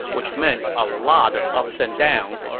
which meant a lot of ups and downs.